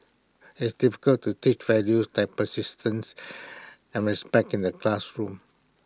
it's difficult to teach values like persistence and respect in the classroom